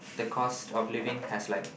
the cost of living has like